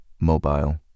mobile